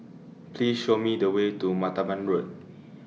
Please Show Me The Way to Martaban Road